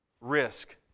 risk